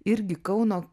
irgi kauno